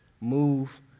move